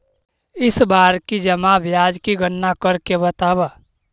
इस बार की जमा ब्याज की गणना करके बतावा